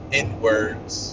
inwards